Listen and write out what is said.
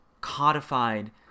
codified